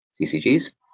CCGs